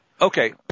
Okay